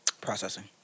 Processing